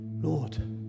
Lord